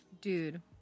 Dude